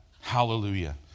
Hallelujah